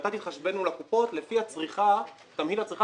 ואתה אומר שאתה תתחשבן מול הקופות לפי תמהיל הצריכה